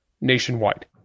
nationwide